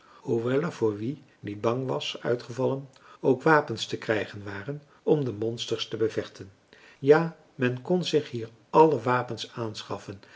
hoewel er voor wie niet bang was uitgevallen ook wapens te krijgen waren om de monsters te bevechten ja men kon zich hier alle wapens aanschaffen